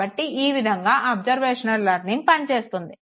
కాబట్టి ఈ విధంగా అబ్సర్వేషనల్ లెర్నింగ్ పని చేస్తుంది